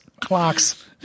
clocks